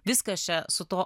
viskas čia su tuo